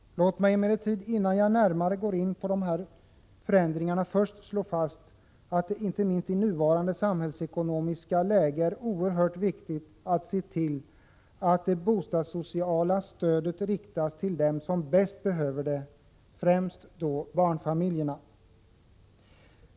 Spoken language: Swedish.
Låt mig emellertid, innan jag närmare går in på dem, först slå fast att det inte minst i nuvarande samhällsekonomiska läge är oerhört viktigt att se till att det bostadssociala stödet riktas till dem som bäst behöver det, främst barnfamiljerna.